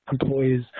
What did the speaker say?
employees